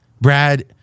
Brad